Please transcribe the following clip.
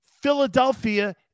Philadelphia